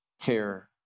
care